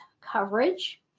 coverage